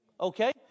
okay